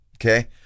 okay